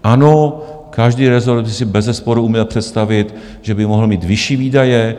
Ano, každý rezort by si bezesporu uměl představit, že by mohl mít vyšší výdaje.